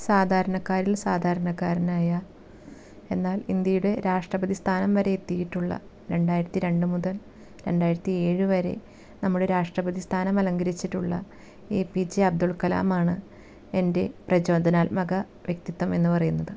സാധാരണക്കാരില് സാധാരണക്കാരനായ എന്നാൽ ഇന്ത്യയുടെ രാഷ്ട്രപതി സ്ഥാനം വരെ എത്തിയിട്ടുള്ള രണ്ടായിരത്തി രണ്ട് മുതല് രണ്ടായിരത്തിയേഴ് വരെ നമ്മുടെ രാഷ്ട്രപതി സ്ഥാനം അലങ്കരിച്ചിട്ടുള്ള A P J Abdul Kalam ആണ് എന്റെ പ്രചോദനാത്മക വ്യക്തിത്വം എന്ന് പറയുന്നത്